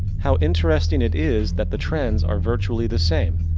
how interesting it is, that the trends, are virtually the same.